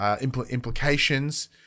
implications